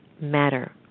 matter